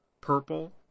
purple